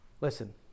Listen